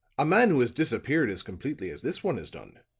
a man who has disappeared as completely as this one has done,